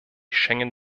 schengen